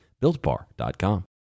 BuiltBar.com